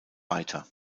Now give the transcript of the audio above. weiter